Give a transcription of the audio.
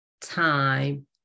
time